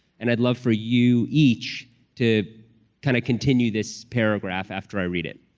and i'd love for you each to kind of continue this paragraph after i read it.